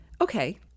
Okay